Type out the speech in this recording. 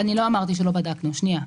אני לא אמרתי שלא בדקנו, שנייה,